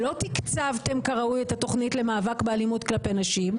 שלא תקצבתם כראוי את התכנית למאבק באלימות כלפי נשים,